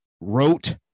wrote